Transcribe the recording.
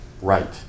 right